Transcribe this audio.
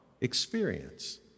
experience